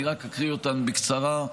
ואני רק אקריא אותן בקצרה,